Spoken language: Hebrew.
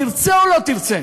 תרצה או לא תרצה.